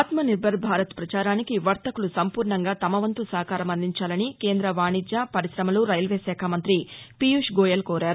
ఆత్మనిర్బర్ భారత్ ప్రచారానికి వర్తకులు సంపూర్ణంగా తమ వంతు సహకారం అందించాలని కేంద్ర వాణిజ్య పరిశమలు రైల్వే శాఖ మంతి పియూష్ గోయల్ కోరారు